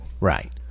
Right